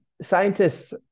scientists